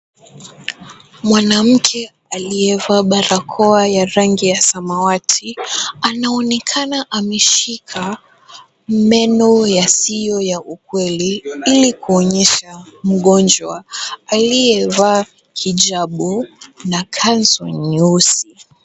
Mwanamke aliyevaa barakoa ya rangi ya samawati anaonekana ameshika meno yasiyo ya ukweli ili kuonyesha mgonjwa aliyevaa hijabu na kanzu nyeusi.